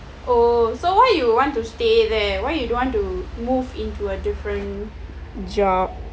oh so why you would want to stay there why you don't want to move into a different job